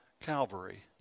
Calvary